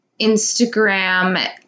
Instagram